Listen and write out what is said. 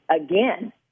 again